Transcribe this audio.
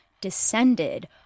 descended